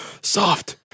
Soft